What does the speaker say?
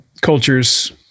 cultures